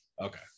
okay